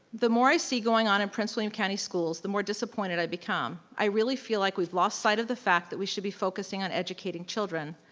the more i see going on in prince william county schools the more disappointed i become. i really feel like we've lost sight of the fact that we should be focusing on educating children.